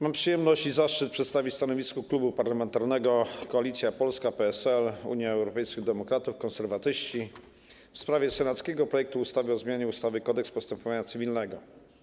Mam przyjemność i zaszczyt przedstawić stanowisko Klubu Parlamentarnego Koalicja Polska - PSL, UED, Konserwatyści w sprawie senackiego projektu ustawy o zmianie ustawy - Kodeks postępowania cywilnego.